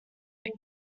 est